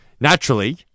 naturally